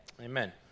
Amen